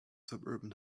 suburban